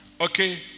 Okay